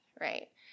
right